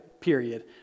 period